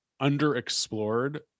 underexplored